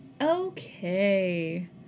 Okay